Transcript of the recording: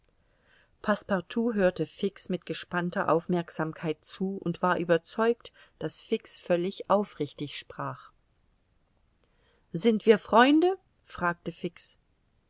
passepartout hörte fix mit gespannter aufmerksamkeit zu und war überzeugt daß fix völlig aufrichtig sprach sind wir freunde fragte fix